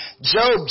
Job